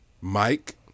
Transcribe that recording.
Mike